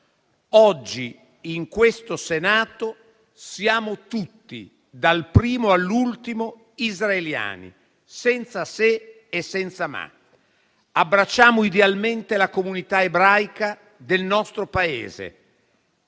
Oggi, in questo Senato, siamo tutti, dal primo all'ultimo, israeliani senza se e senza ma. Abbracciamo idealmente la comunità ebraica del nostro Paese